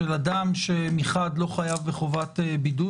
של אדם שמחד לא חייב בחובת בידוד,